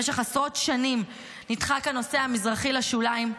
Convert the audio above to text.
במשך עשרות שנים נדחק הנושא המזרחי לשוליים,